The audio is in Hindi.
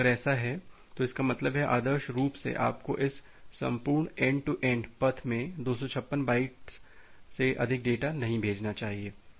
तो अगर ऐसा है इसका मतलब है आदर्श रूप से आपको इस संपूर्ण एन्ड टू एन्ड पथ में 256 बाइट से अधिक डेटा नहीं भेजना चाहिए